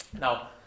Now